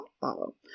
follow